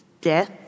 death